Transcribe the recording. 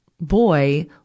boy